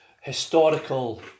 historical